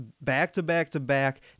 back-to-back-to-back